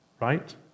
right